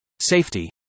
Safety